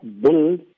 build